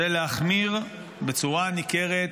זה להחמיר בצורה ניכרת